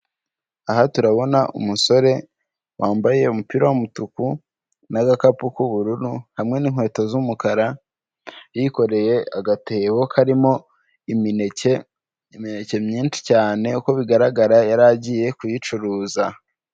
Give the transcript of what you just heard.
Aha turabona umusore wambaye umupira w'umutuku n'agakapu k'ubururu hamwe n'inkweto z'umukara, yikoreye agatebo karimo imineke, imineke myinshi cyane uko bigaragara yari agiye kuyicuruza.